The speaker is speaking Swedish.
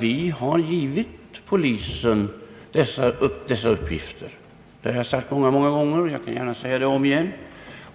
Vi har givit polisen denna uppgift — det har jag sagt många gånger och jag kan gärna säga det om igen.